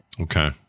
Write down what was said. Okay